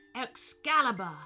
Excalibur